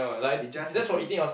it just has to